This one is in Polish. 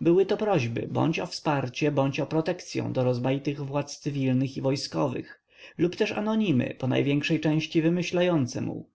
były to prośby bądź o wsparcie bądź o protekcyą do rozmaitych władz cywilnych i wojskowych lub też anonimy ponajwiększej części wymyślające mu